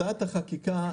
הצעת החקיקה